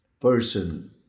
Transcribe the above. person